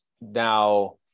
now